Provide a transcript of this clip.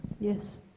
Yes